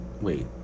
Wait